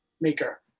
maker